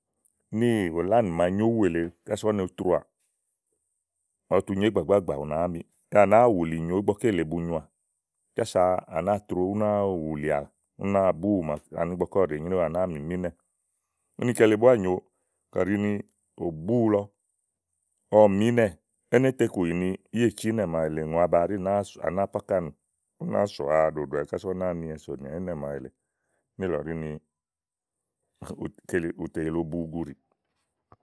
níì ùlánì màa nyo úwù èle kása úno troà ɔwɔtie nyo ígbàgbàágbà, ùnááá miì à nàáa wùlì nyo ígbɔké lèe bu nyoà kása à nàáa tro ú náa wùlìà únáa ibu úwù màaɖu ani ígbɔké ɔwɔɖèe nyréwu à nàáa mì mì ínɛ. Úni kele búá nyòo, kàɖi ni ò bu úwu lɔ ɔwɔ mìínɛ éné tekù yì ìni, yá è ci ínɛ lèe, ùyoò baba ɛɖí nàáa sòwa, à nàáa po ákaènù ú náa sòwa ɖòɖòwɛ̀ kása u náa nyowɛ sònìà ínà màaɖu èle níìlɔ ɖí ni ù tè yìlè obu ugudìì.